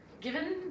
given